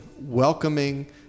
welcoming